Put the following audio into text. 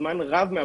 זמן רב מעבודתנו,